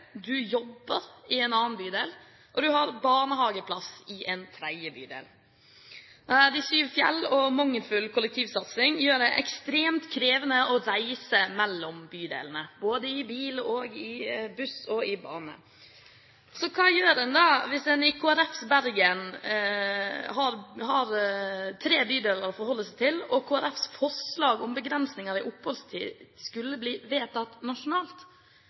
og har barnehageplass i en tredje bydel. De syv fjell og mangelfull kollektivsatsing gjør det ekstremt krevende å reise mellom bydelene – både i bil, i buss og med bane. Så hva gjør en da, hvis en i Kristelig Folkepartis Bergen har tre bydeler å forholde seg til, og Kristelig Folkepartis forslag om begrensninger i oppholdstid skulle bli vedtatt nasjonalt?